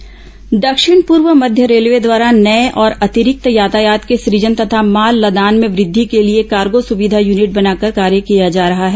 railway लदान दक्षिण पूर्व मध्य रेलवे द्वारा नये और अतिरिक्त यातायात के सुजन तथा माल लदान में वृद्धि के लिए कार्गों सुविधा यूनिट बनाकर कार्य किया जा रहा है